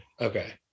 okay